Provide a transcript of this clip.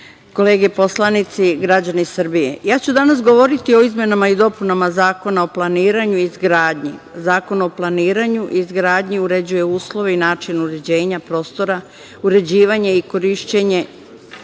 kolege poslanici, građani Srbije, ja ću danas govoriti o izmenama i dopunama Zakona o planiranju i izgradnji. Zakon o planiranju i izgradnji uređuje uslove i način uređenja prostora, uređivanje i korišćenje